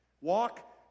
Walk